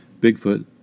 Bigfoot